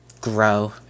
grow